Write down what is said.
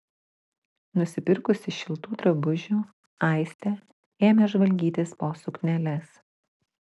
nusipirkusi šiltų drabužių aistė ėmė žvalgytis po sukneles